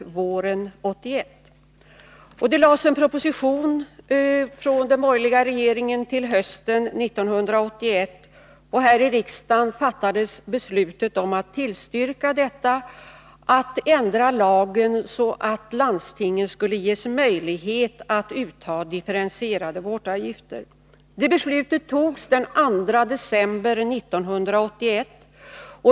Hösten 1981 lades det fram en proposition från den borgerliga regeringen, och här i riksdagen fattades beslut om att tillstyrka förslaget om att ändra lagen så att landstingen skulle ges möjlighet att utta differentierade vårdavgifter. Det beslutet fattades den 2 december 1981.